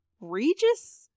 Regis